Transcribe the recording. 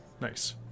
Nice